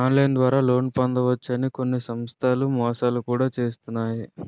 online ద్వారా loan పొందవచ్చు అని కొన్ని సంస్థలు మోసాలు కూడా చేస్తున్నాయి